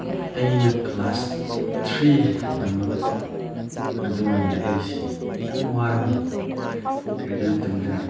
ꯑꯩꯅ class three ꯇꯝꯂꯛꯄ ꯑꯗꯨꯋꯥꯏꯗ ꯑꯩꯁꯤ ꯌꯥꯝ ꯋꯥꯔꯝꯃꯤ ꯀꯔꯤꯒꯤꯅꯣ ꯍꯥꯏꯕ ꯃꯇꯝꯗ